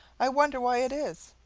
i wonder why it is?